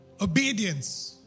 obedience